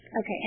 Okay